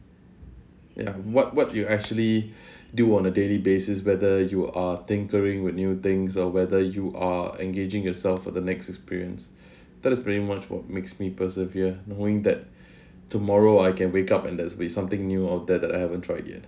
ya what what you actually do on a daily basis whether you are tinkering with new things or whether you are engaging yourself for the next experience that is pretty much what makes me persevere knowing that tomorrow I can wake up and there's be something new or that that I haven't tried yet